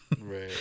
right